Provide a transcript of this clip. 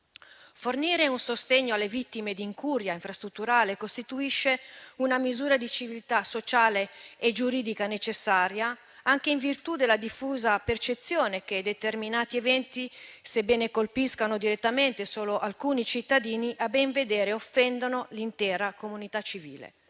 fornire un sostegno alle vittime di incuria infrastrutturale costituisce una misura di civiltà sociale e giuridica necessaria, anche in virtù della diffusa percezione che determinati eventi, sebbene colpiscano direttamente solo alcuni cittadini, a ben vedere offendono l'intera comunità civile;